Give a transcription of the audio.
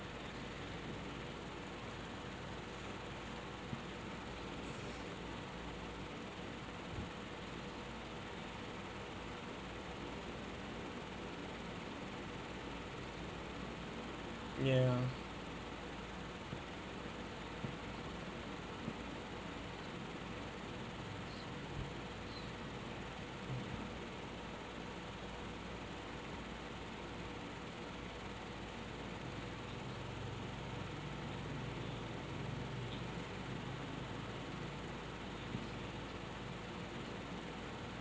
ya